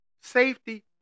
Safety